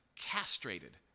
castrated